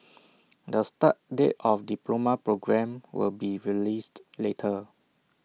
the start date of the diploma programme will be released later